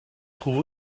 trouve